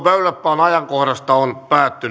pöydällepanon ajankohdasta on